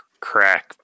crack